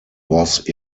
was